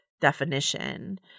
definition